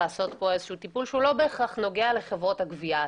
לעשות צעד שלא בהכרח נוגע בחברות הגבייה עצמן,